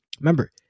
Remember